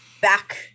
back